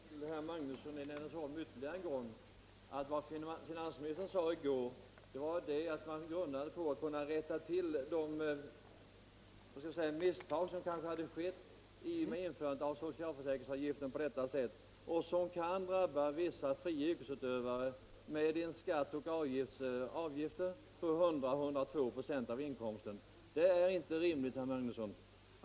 Fru talman! Får jag bara säga till herr Magnusson i Nennesholm ytterligare en gång, att vad finansministern i går framhöll var att han grunnade på möjligheterna att rätta till icke önskvärda effekter som kanske blivit följden vid slopandet av taket för socialförsäkringsavgiften och som kan drabba vissa fria yrkesutövare med skatt och avgifter på tillsammans 100-102 96 av inkomsten. Det är inte rimligt, herr Magnusson.